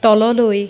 তললৈ